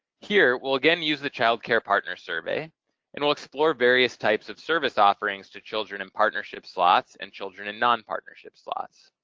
here, we'll again use the child care partner survey and we'll explore various types of service offerings to children in partnership slots and children and non-partnership slots.